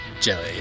jelly